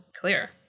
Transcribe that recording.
clear